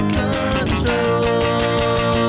control